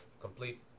complete